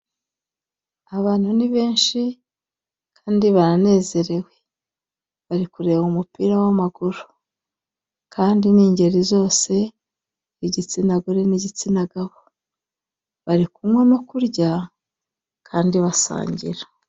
Abantu ni benshi kandi banezerewe, bari kureba umupira w'amaguru, kandi n'ingeri zose, igitsina gore n'igitsina gabo, bari kunywa no kurya kandi basangira.